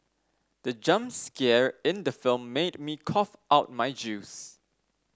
the jump scare in the film made me cough out my juice